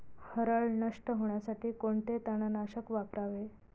हरळ नष्ट होण्यासाठी कोणते तणनाशक वापरावे?